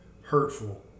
hurtful